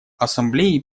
ассамблее